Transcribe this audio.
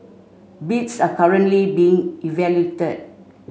bids are currently being